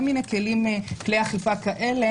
אפשר לעגן בחוק כל מיני כלי אכיפה כאלה